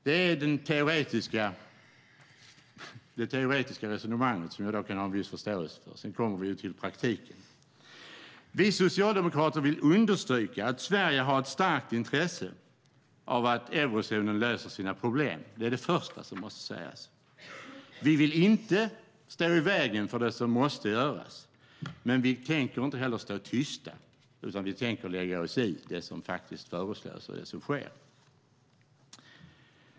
Det är det teoretiska resonemanget som jag kan ha en viss förståelse för. Sedan kommer vi till praktiken. Vi socialdemokrater vill understryka att Sverige har ett starkt intresse av att eurozonen löser sina problem. Det är det första som måste sägas. Vi vill inte stå i vägen för det som måste göras. Men vi tänker inte heller stå tysta, utan vi tänker lägga oss i det som faktiskt föreslås och det som sker.